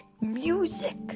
music